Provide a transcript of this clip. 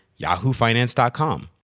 yahoofinance.com